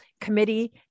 committee